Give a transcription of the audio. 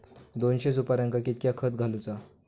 दोनशे सुपार्यांका कितक्या खत घालूचा?